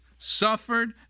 suffered